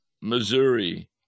missouri